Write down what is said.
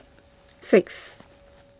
six